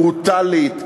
ברוטלית,